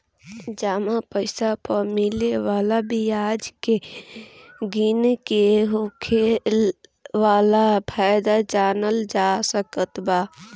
जमा पईसा पअ मिले वाला बियाज के गिन के होखे वाला फायदा के जानल जा सकत बाटे